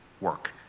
work